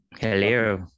Hello